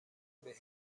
بهت